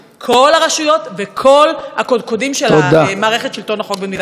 כל הרשויות וכל הקודקודים של מערכת שלטון החוק במדינת ישראל.